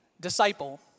disciple